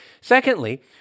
Secondly